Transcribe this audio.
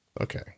Okay